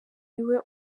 iwe